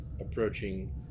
approaching